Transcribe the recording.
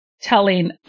telling